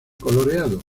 coloreados